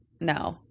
No